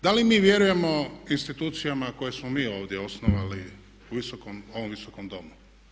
Da li mi vjerujemo institucijama koje smo mi ovdje osnovali u ovom visokom domu?